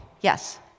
Yes